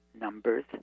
numbers